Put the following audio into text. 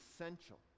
essential